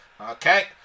Okay